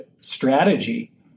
strategy